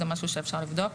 זה משהו שאפשר לבדוק